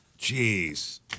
Jeez